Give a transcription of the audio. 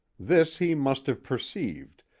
this he must have perceived,